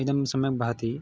इदं सम्यक् वहति